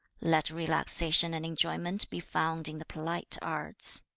let relaxation and enjoyment be found in the polite arts